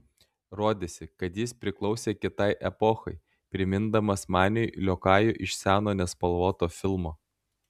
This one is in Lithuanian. rodėsi kad jis priklausė kitai epochai primindamas maniui liokajų iš seno nespalvoto filmo